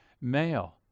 male